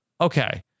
Okay